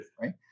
right